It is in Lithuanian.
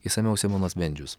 išsamiau simonas bendžius